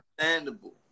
understandable